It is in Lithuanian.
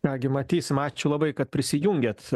ką gi matysim ačiū labai kad prisijungiat